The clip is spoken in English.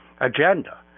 agenda